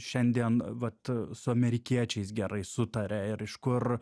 šiandien vat su amerikiečiais gerai sutaria ir iš kur